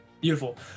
Beautiful